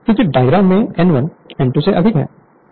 क्योंकि डायग्राम में N1 N2 से अधिक है